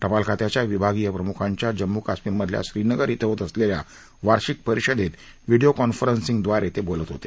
टपाल खात्याच्या विभागीय प्रमुखांच्या जम्मू काश्मिरमधल्या श्रीनगर इथं होत असलेल्या वार्षिक परिषदेत व्हीडीयो कॉन्फरन्सिंगद्वारे ते बोलत होते